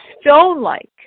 stone-like